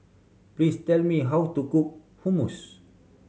please tell me how to cook Hummus